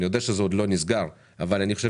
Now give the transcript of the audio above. אני יודע שזה עוד לא נסגר אבל אני חושב